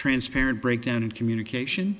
transfer breakdown in communication